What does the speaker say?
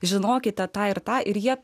žinokite tai ir tą ir jie